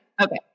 Okay